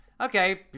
Okay